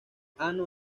ano